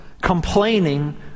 complaining